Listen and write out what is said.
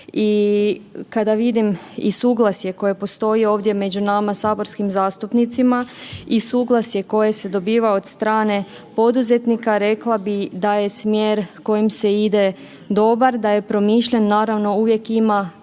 i kada vidim i suglasje koje postoji ovdje među nama saborskim zastupnicima i suglasje koje se dobiva od strane poduzetnika, rekla bi da je smjer kojim se ide dobar, da je promišljen, naravno uvijek ima